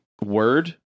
word